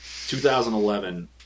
2011